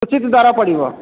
ଉଚିତ୍ ଦର ପଡ଼ିବ